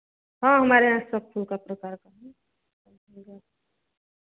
हाँ हमारे यहाँ सब फूल का प्रकार का है